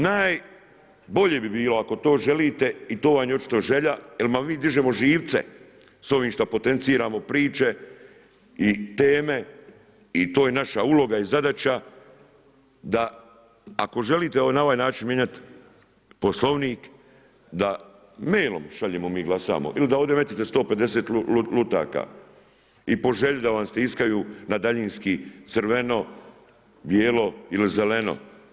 Najbolje bi bilo, ako to želite i to vam je očito želja, jer vam mi dižemo živce sa ovim šta potenciramo priče i teme i to je naša uloga i zadaća da ako želite na ovaj način mijenjati Poslovnik, da mailom šaljemo, mi glasamo, ili da ovdje umetnete 150 lutaka i po želji da vam stiskaju na daljinski crveno, bijelo ili crveno.